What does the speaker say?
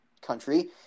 country